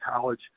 College